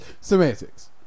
Semantics